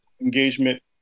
engagement